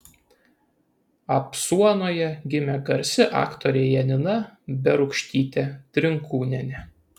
apsuonoje gimė garsi aktorė janina berūkštytė trinkūnienė